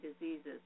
diseases